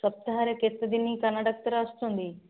ସପ୍ତାହରେ କେତେ ଦିନ କାନ ଡାକ୍ତର ଆସୁଛନ୍ତି